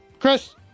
Chris